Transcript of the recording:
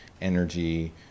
energy